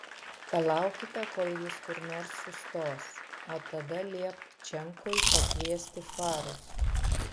palaukite kol jis kur nors sustos o tada liepk čenkui pakviesti farus